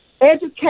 Education